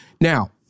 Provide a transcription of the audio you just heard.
Now